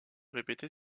répéter